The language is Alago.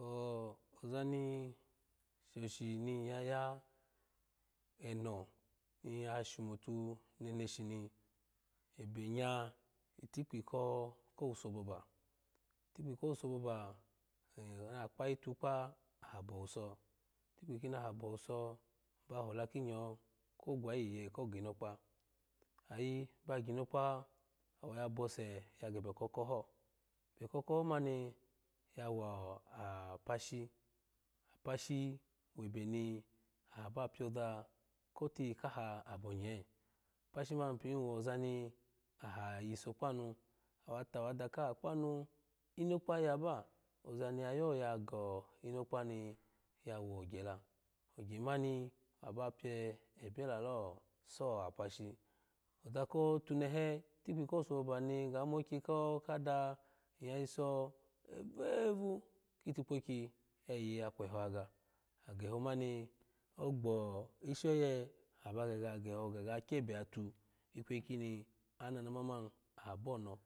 O-ozani shoshi ni in yaya eno ni ya shumo tu neneshi ni ebenya itikpi kowuso boba itikpi ko wuso boba aha kpayi tukpa aha boweso tikpi kini aha bowuso aba hola kingawa ko gwayi iye ko ginnokpa ayi ba ginokpa awo yabose ya gebe ko oko ho ebe ko oko ho mani yawo apshi apashi webe ni aha ba pioza ko tiyikaha abo nye apashi man pin wo ozani aha yinso kpanu awa tawa ada kaha kpanu inokpa yinzo kpanu awa tawa ada kaha kpanu nkpo yab ozanya yo ya go inokpa niya wogye la ogye mani aba pye ebye lalo so apashi oza kotunehe itkpi ko wuso boba ni ng ga mo okyi ko kada inya yiso evevu ki tikpokyi ya yiyi ya kweho yaga aka geho mani ogbo ishi oye aha ba gege ya geho ga ga kyebe ya tu ikweyi kini anan amani aha bono